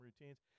routines